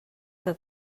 que